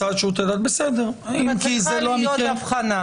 צריכה להיות הבחנה.